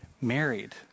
married